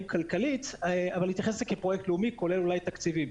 כלכלית אבל להתייחס לזה כאל פרויקט לאומי כולל אולי תקציבים.